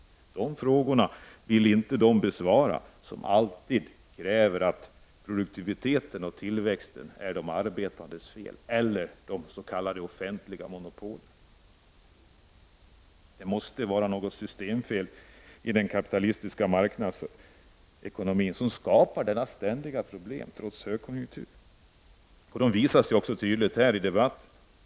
De som alltid hävdar att bristerna i produktiviteten och tillväxten är de arbetandes eller de s.k. offentliga monopolens fel vill inte svara på de frågorna. Det måste vara något systemfel i den kapitalistiska marknadsekonomin som skapar dessa ständiga problem trots högkonjunktur. Det visar sig också tydligt här i debatten.